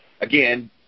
again